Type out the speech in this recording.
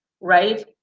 right